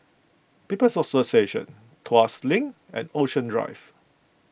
People's Association Tuas Link and Ocean Drive